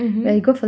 mmhmm